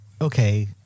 okay